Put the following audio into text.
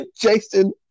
Jason